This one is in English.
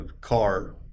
car